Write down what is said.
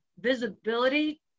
Visibility